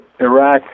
Iraq